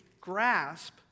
grasp